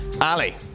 Ali